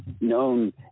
known